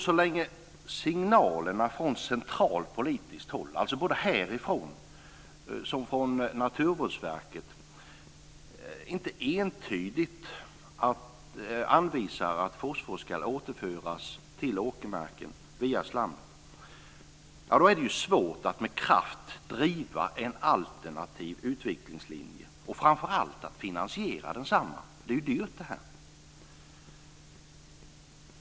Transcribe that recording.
Så länge som signalerna från centralt politiskt håll, både härifrån riksdagen som Naturvårdsverket, inte entydigt anvisar att fosfor ska återföras till åkermarken via slammet är det svårt att med kraft driva en alternativ utvecklingslinje och framför allt att finansiera densamma. Det här är dyrt.